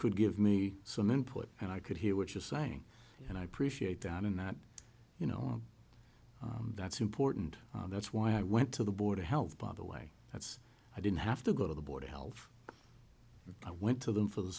could give me some input and i could hear what you're saying and i appreciate down in that you know that's important that's why i went to the board of health by the way that's i didn't have to go to the board of health i went to them for the